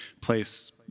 place